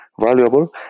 valuable